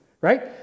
right